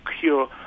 cure